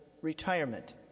Retirement